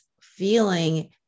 feeling